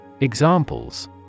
Examples